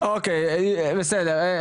אוקיי, בסדר הבנתי.